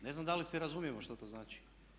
Ne znam da li se razumijemo što to znači?